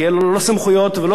למרות הבטחות הממשלה.